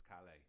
Calais